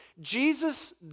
Jesus